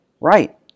right